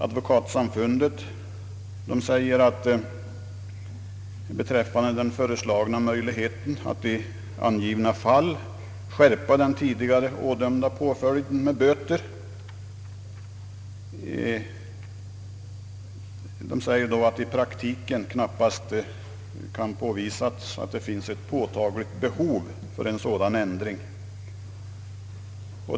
Advokatsamfundet säger beträffande den föreslagna möjligheten att i angivna fall skärpa den tidigare ådömda påföljden med böter, att det i praktiken knappast kan påvisas att det finns ett påtagligt behov av en sådan ändring.